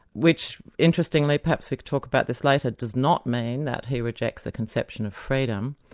which interestingly perhaps we could talk about this later does not mean that he rejects the conception of freedom.